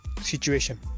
situation